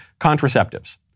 contraceptives